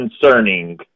concerning